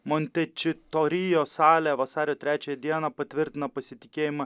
monte čitorijo salė vasario trečią dieną patvirtino pasitikėjimą